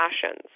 passions